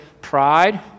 pride